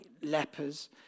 lepers